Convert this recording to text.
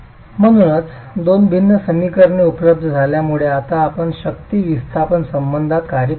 म्हणूनच दोन भिन्न समीकरणे उपलब्ध झाल्यामुळे आता आपण शक्ती विस्थापन संबंधात कार्य करू शकतो